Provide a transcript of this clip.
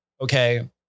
Okay